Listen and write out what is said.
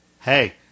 Hey